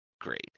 great